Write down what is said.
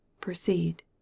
Proceed